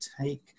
take